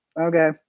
okay